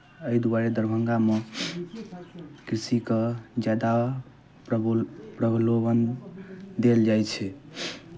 एहि दुआरे दरभंगामे कृषिके ज्यादा प्रबोल प्रबलोभन देल जाइ छै